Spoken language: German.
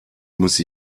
muss